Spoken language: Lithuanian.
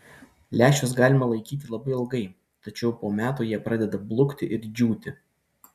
lęšius galima laikyti labai ilgai tačiau po metų jie pradeda blukti ir džiūti